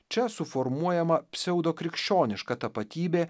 čia suformuojama pseudokrikščioniška tapatybė